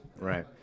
right